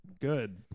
good